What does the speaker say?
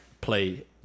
play